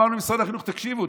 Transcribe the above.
אמרנו למשרד החינוך: תקשיבו,